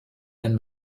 and